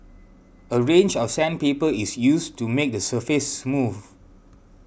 a range of sandpaper is used to make the surface smooth